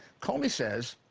comey says,